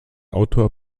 autor